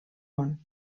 món